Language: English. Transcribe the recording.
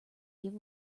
give